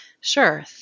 Sure